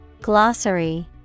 Glossary